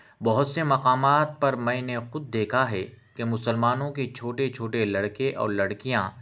بہت سے مقامات پر میں نے خود دیکھا ہے کہ مسلمانوں کے چھوٹے چھوٹے لڑکے اور لڑکیاں